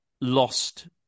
lost